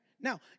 Now